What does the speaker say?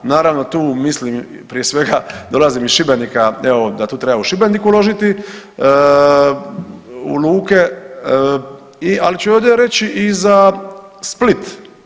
Naravno tu mislim prije svega dolazim iz Šibenika evo da tu treba u Šibenik uložiti u luke i ali ću ovdje reći i za Split.